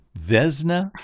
Vesna